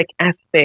aspects